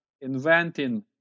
inventing